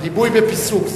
ריבוי בפיסוק,